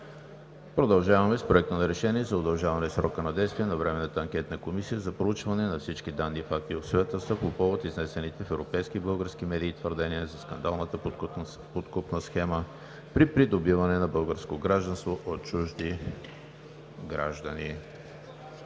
мотивите: „Необходимостта от удължаване срока на действие на Временната анкетна комисия за проучване на всички данни, факти и обстоятелства по повод изнесените в европейски и български медии твърдения за скандалната подкупна схема при придобиване на българско гражданство от чужди граждани